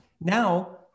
Now